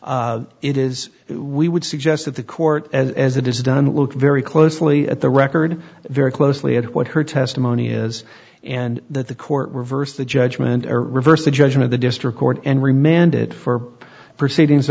r it is we would suggest that the court as it is done look very closely at the record very closely at what her testimony is and that the court reversed the judgment or reversed the judgment the district court and remanded for proceedings